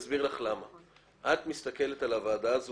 את מסתכלת על זה שהוועדה הזאת,